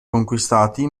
conquistati